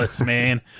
man